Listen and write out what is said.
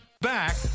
Back